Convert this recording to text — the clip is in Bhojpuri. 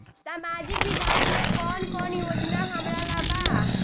सामाजिक विभाग मे कौन कौन योजना हमरा ला बा?